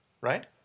right